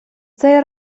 цей